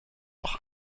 auch